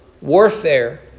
warfare